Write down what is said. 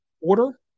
order